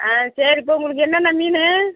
ஆ சரி இப்போ உங்களுக்கு என்னென்ன மீன்